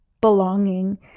belonging